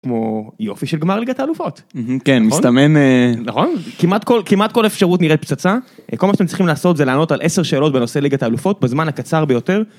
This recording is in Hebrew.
כמו יופי של גמר ליגת האלופות. אההממ כן. מסתמן אה.. נכון? כמעט כל אפשרות נראית פצצה, כל מה שאתם צריכים לעשות זה לענות על 10 שאלות בנושא לגת האלופות בזמן הקצר ביותר.